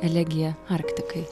elegija arktikai